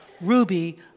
Ruby